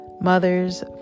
Mothers